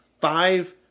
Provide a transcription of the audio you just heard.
five